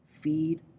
feed